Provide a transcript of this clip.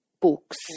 books